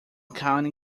county